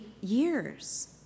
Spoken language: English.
years